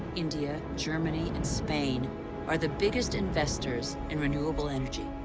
india, germany and spain are the biggest investors in renewable energy.